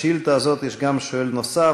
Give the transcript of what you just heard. בשאילתה הזאת יש גם שואל נוסף,